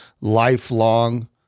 lifelong